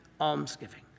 almsgiving